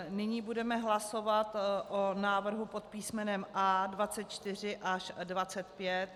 Nyní budeme hlasovat o návrhu pod písmenem A24 až 25.